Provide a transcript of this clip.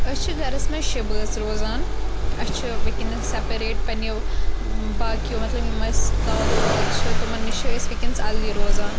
أسۍ چھِ گَرَس منٛز شےٚ بٲژ روزان اَسہِ چھِ وٕنکیٚنَس سیٚپریٹ پنٛنیو باقیو مطلب یِم اَسہِ دادو واد چھِ تِمَن نِش چھِ أسۍ وٕنکٮ۪نَس اَلگٕے روزان